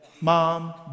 mom